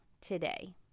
today